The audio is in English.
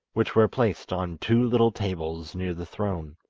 which were placed on two little tables near the throne.